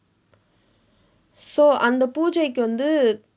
so அந்த பூஜைக்கு வந்து:andtha puujaikku vandthu